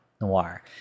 noir